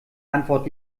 antwort